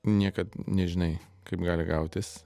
niekad nežinai kaip gali gautis